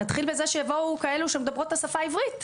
נתחיל בזה שיבואו כאלה שמדברות את השפה העברית,